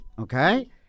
Okay